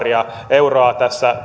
euroa